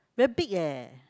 very big eh